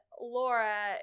Laura